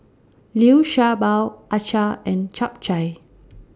Liu Sha Bao Acar and Chap Chai